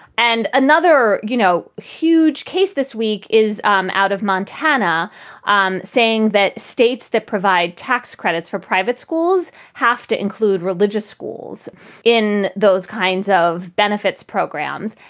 and another, you know, huge case this week is um out of montana um saying that states that provide tax credits for private schools have to include religious schools in those kinds of benefits programs.